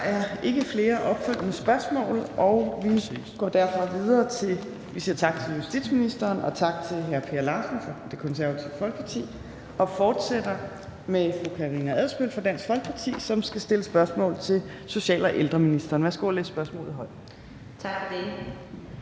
Der er ikke flere opfølgende spørgsmål, og vi siger tak til justitsministeren og tak til hr. Per Larsen fra Det Konservative Folkeparti. Vi fortsætter med fru Karina Adsbøl fra Dansk Folkeparti, som skal stille spørgsmål til social- og ældreministeren. Kl. 15:05 Spm. nr. S 112 2)